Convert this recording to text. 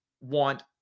want